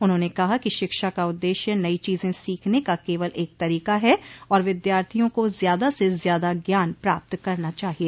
उन्होंने कहा कि शिक्षा का उद्देश्य नई चीजें सीखने का केवल एक तरीका है और विद्यार्थियों को ज्यादा से ज्यादा ज्ञान प्राप्त करना चाहिए